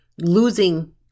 losing